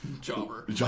Jobber